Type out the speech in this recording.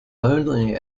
only